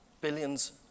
billions